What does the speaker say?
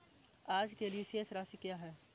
आज के लिए शेष राशि क्या है?